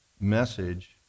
message